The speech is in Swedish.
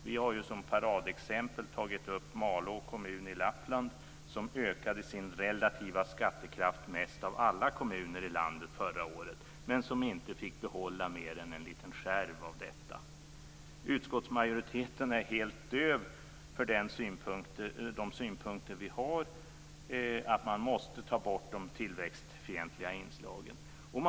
Vi har ju som paradexempel tagit upp Malå kommun i Lappland som ökade sin relativa skattekraft mest av alla kommuner i landet förra året, men som inte fick behålla mer än en liten skärv av detta. Utskottsmajoriteten är helt döv för de synpunkter vi har att de tillväxtfientliga inslagen måste tas bort.